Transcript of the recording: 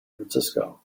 francisco